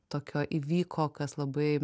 tokio įvyko kas labai